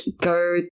go